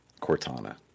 Cortana